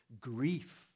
grief